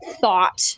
thought